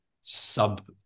sub